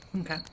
Okay